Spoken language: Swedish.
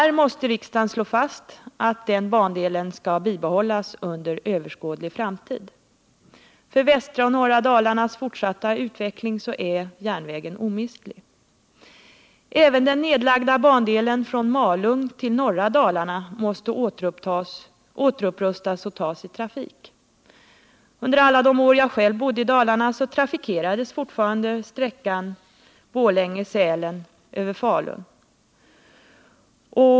Riksdagen måste slå fast att denna bandel skall bibehållas under överskådlig framtid. För västra och norra Dalarnas fortsatta utveckling är järnvägen omistlig. Även den nedlagda bandelen från Malung till norra Dalarna måste återupprustas och tas i trafik. Under alla de år jag själv bodde i Dalarna trafikerades fortfarande sträckan Borlänge-Sälen över Falun.